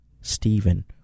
Stephen